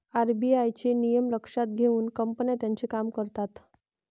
RBI चे नियम लक्षात घेऊन कंपन्या त्यांचे काम करतात